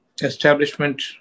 establishment